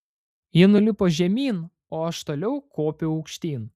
ji nulipo žemyn o aš toliau kopiau aukštyn